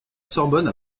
sorbonne